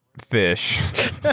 fish